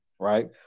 right